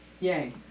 Yay